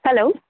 hello